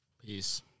Peace